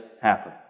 happen